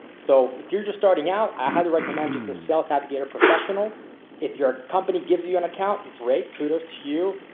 so if you're just starting out i had to recommend just the sales navigator professional if your company gives you an accountant great kudos to you.